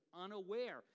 unaware